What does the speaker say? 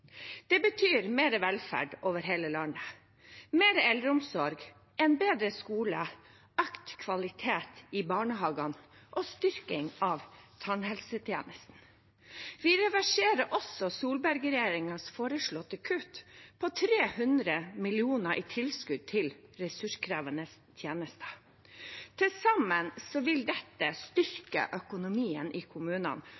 Det betyr mer velferd over hele landet, mer eldreomsorg, en bedre skole, økt kvalitet i barnehagene og styrking av tannhelsetjenesten. Vi reverserer også Solberg-regjeringens foreslåtte kutt på 300 mill. kr i tilskudd til ressurskrevende tjenester. Til sammen vil dette